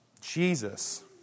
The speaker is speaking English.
Jesus